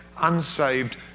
unsaved